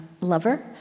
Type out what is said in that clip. Lover